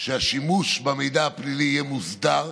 שהשימוש במידע הפלילי יהיה מוסדר,